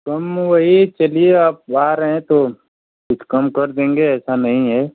कम वही चलिए आप जा रहें तो कुछ कम कर देंगे ऐसा नहीं है